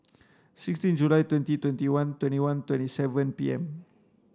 sixteen July twenty twenty one twenty one twenty seven P M